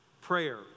Prayer